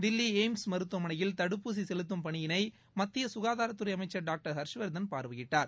Delhi AIIMS மருத்துவமனையில் தடுப்பூசி செலுத்தும் பணியினை மத்திய சுகாதாரத்துறை அமைச்சா் டாக்டர் ஹர்ஷ்வர்தன் பார்வையிட்டார்